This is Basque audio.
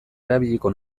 erabiliko